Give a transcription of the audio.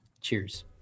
Cheers